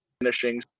finishing